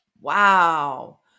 Wow